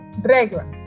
regla